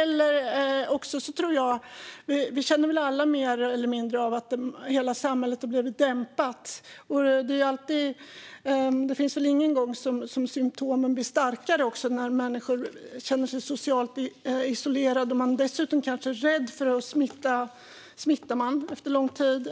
Sedan tror jag att vi alla mer eller mindre känner av att hela samhället har blivit dämpat. Det är väl ingen gång symtomen blir så starka som när människor känner sig socialt isolerade. Dessutom kanske man är rädd för att smitta - gör man det efter lång tid?